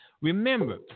Remember